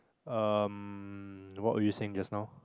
ah what were you saying just now